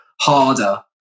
harder